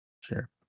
Sure